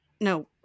no